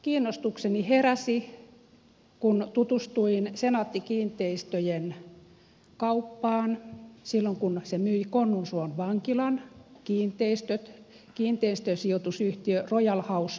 kiinnostukseni heräsi kun tutustuin senaatti kiinteistöjen kauppaan silloin kun se myi konnunsuon vankilan kiinteistöt kiinteistösijoitusyhtiö royal house oylle